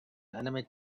enemy